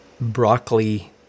broccoli